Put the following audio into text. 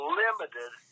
limited